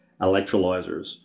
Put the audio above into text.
electrolyzers